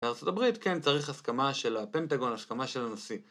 בארה״ב כן צריך הסכמה של הפנטגון, הסכמה של הנשיא